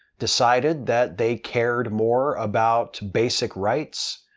decided that they cared more about basic rights,